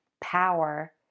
power